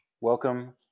welcome